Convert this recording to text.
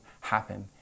happen